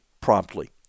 promptly